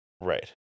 Right